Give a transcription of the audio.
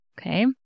Okay